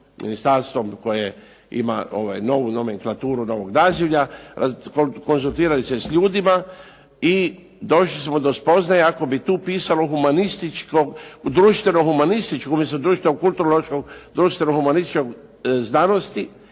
ministarstvom koje ima novu nomenklaturu, novog nazivlja, konzultirali se s ljudima i došli smo do spoznaje ako bi tu pisalo društveno-humanističko umjesto društveno-kulturološko društveno-humanističko znanosti